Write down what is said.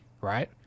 right